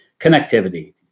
connectivity